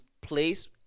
place